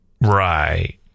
Right